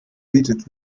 bietet